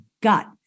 gut